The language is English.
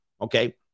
Okay